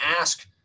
ask